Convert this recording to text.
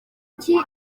kuki